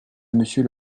monsieur